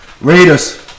Raiders